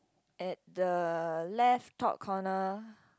at the left top corner